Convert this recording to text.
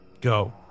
go